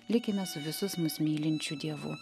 likime su visus mus mylinčiu dievu